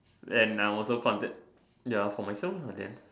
and I also thought that ya for myself lah then